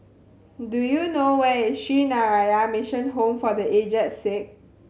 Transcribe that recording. do you know where is Sree Narayana Mission Home for The Aged Sick